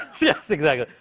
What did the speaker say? yes, exactly.